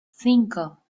cinco